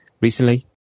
Recently